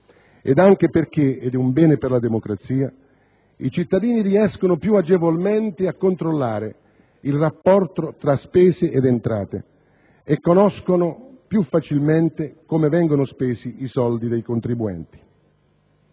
ed anche perché (ed è un bene per la democrazia) i cittadini riescono più agevolmente a controllare il rapporto tra spese ed entrate e conoscono più facilmente come vengono spesi i soldi dei contribuenti.